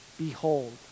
Behold